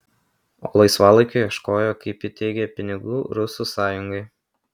o laisvalaikiu ieškojo kaip ji teigė pinigų rusų sąjungai